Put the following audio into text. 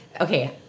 okay